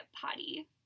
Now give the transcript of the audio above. potty